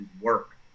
work